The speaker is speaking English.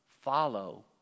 follow